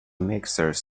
mixers